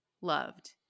loved